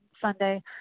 Sunday